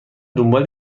دنبال